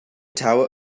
town